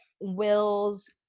wills